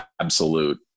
absolute